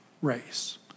race